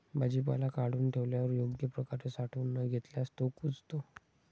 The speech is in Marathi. भाजीपाला काढून ठेवल्यावर योग्य प्रकारे साठवून न घेतल्यास तो कुजतो